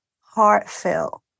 heartfelt